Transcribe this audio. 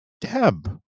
Deb